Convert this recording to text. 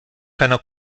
keiner